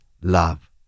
love